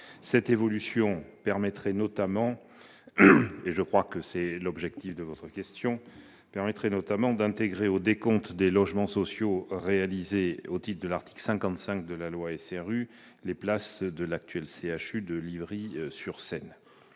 Cette évolution permettrait notamment- tel est l'objectif de votre question -d'intégrer au décompte des logements sociaux réalisés au titre de l'article 55 de la loi SRU les places de l'actuel CHU de Livry-sur-Seine.